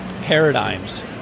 paradigms